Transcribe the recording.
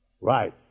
Right